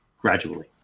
gradually